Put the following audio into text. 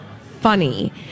funny